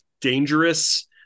dangerous